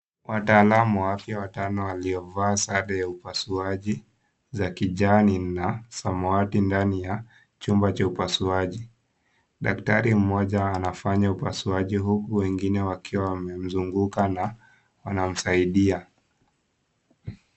Wataalam wa afya watano waliovaa sare ya upasuaji za kijani na samawati ndani ya chumba cha upasuaji. Daktari mmoja anafanya upasuaji huku wengine wakiwa wamemzunguka na wanamsaidia.